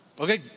Okay